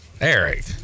eric